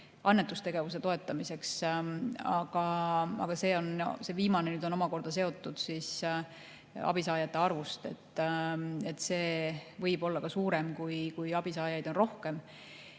annetustegevuse toetamiseks. Aga see viimane on omakorda seotud abisaajate arvuga. See võib olla ka suurem, kui abisaajaid on rohkem.